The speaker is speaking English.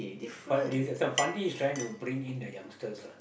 but this that one Fandi is trying to bring in the youngsters lah